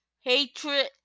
Hatred